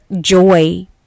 joy